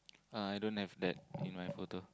uh I don't have that in my photo